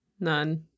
None